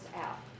out